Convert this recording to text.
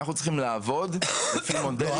אנחנו צריכים לעבוד לפי מודלים --- לא,